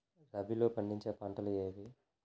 రబీలో పండించే పంటలు ఏవి?